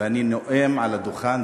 ואני נואם מעל הדוכן.